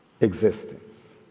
existence